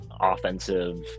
offensive